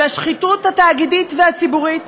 נדמה בדרך כלל שהשחיתות התאגידית והציבורית